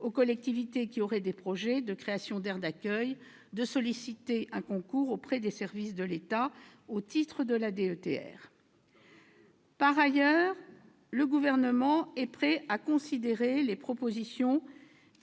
aux collectivités qui auraient des projets de création d'aires d'accueil de solliciter un concours, au titre de la DETR, auprès des services de l'État. C'est un voeu pieux ! Par ailleurs, le Gouvernement est prêt à considérer les propositions visant